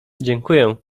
dziękuję